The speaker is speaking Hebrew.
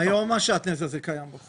גם היום השעטנז הזה קיים בחוק.